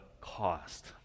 cost